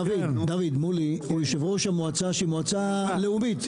מולי הוא יושב ראש המועצה שהיא מועצה לאומית,